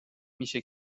میشه